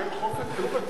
מה עם חוק הדיור הציבורי?